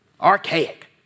Archaic